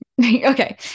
Okay